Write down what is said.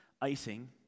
icing